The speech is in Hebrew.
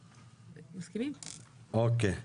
אוקיי.